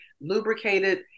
lubricated